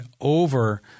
over